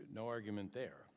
no argument there